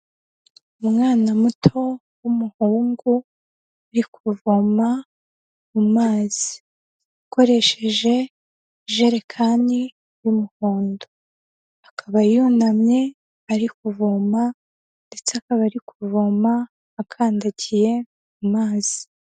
Umwana muto w'umuhungu uri kuvoma amazi, akoresheje ijerekani y'umuhondo, akaba yunamye ari kuvoma ndetse akaba ari kuvoma akandagiye mu mazi.